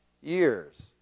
years